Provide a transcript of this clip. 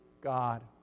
God